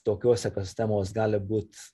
tokios ekosistemos gali būt